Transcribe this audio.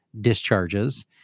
discharges